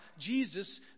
Jesus